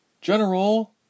General